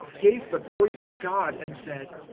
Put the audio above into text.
gave the glory to god, and said,